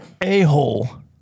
a-hole